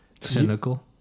cynical